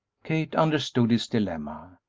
kate understood his dilemma.